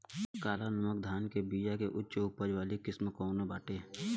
काला नमक धान के बिया के उच्च उपज वाली किस्म कौनो बाटे?